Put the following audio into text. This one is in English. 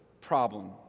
problem